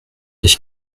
ich